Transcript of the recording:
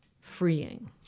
freeing